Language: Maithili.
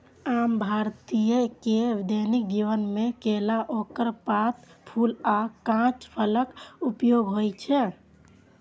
आम भारतीय के दैनिक जीवन मे केला, ओकर पात, फूल आ कांच फलक उपयोग होइ छै